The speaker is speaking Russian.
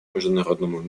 международному